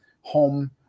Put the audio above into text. home